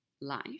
life